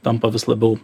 tampa vis labiau